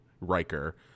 riker